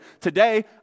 Today